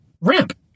ramp